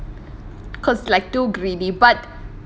because like too greedy but